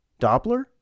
Doppler